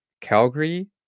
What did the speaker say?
Calgary